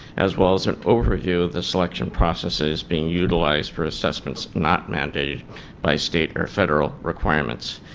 as well as an overview of the selection process is being utilized for assessments not mandated by state or federal requirements.